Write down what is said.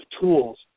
tools